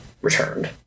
returned